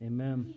Amen